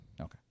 Okay